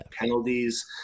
penalties